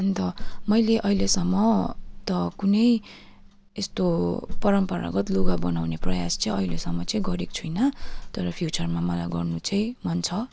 अन्त मैले अहिलेसम्म त कुनै यस्तो परम्परागत लुगा बनाउने प्रयास चाहिँ अहिलेसम्म चाहिँ गरेको छुइनँ तर फ्युचरमा मलाई गर्नु चाहिँ मन छ